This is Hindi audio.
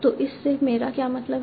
तो इससे मेरा क्या मतलब है